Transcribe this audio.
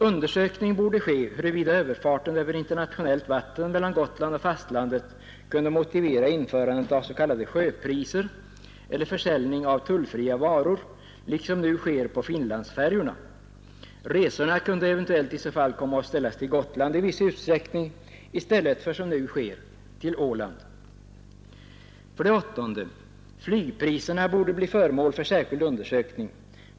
Undersökning borde ske huruvida överfarten över internationellt vatten mellan Gotland och fastlandet kunde motivera införande av s.k. sjöpriser eller försäljning av tullfria varor, liksom nu sker på Finlandsfärjorna. Resorna kunde eventuellt i så fall komma att ställas till Gotland i viss utsträckning i stället för, som nu sker, till Åland. 8. Flygpriserna borde bli föremål för särskild undersökning.